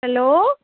hello